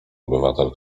obywatel